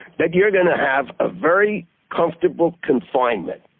that you're going to have a very comfortable confinement,